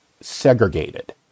segregated